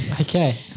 Okay